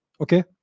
Okay